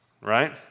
Right